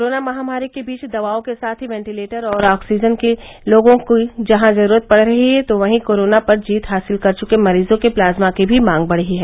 corona महामारी के बीच दवाओं के साथ ही वेंटिलेटर और ऑक्सीजन की लोगों को जहां जरूरत पड़ रही है तो वहीं कोरोना पर जीत हासिल कर चुके मरीजों के प्लाज्मा की भी मांग बढ़ी है